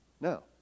No